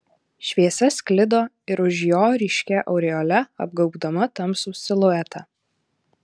šviesa sklido ir už jo ryškia aureole apgaubdama tamsų siluetą